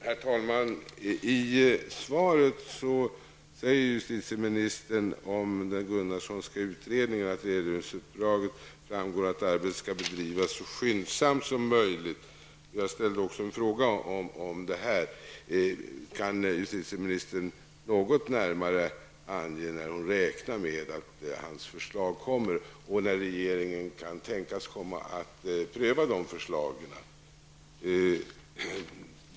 Herr talman! I svaret säger justitieministern att det framgår av regeringsuppdraget att arbetet med utredningen, som skall utföras av Gösta Gunnarsson, skall bedrivas så skyndsamt som möjligt. Jag ställde också en fråga om detta. Kan justitieministern ange något närmare när hon räknar med att hans förslag kommer och när regeringen kan tänkas pröva de förslagen?